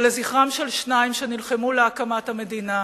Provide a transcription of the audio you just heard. ולזכרם של שניים שנלחמו להקמת המדינה